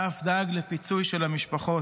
ואף דאג לפיצוי של המשפחות.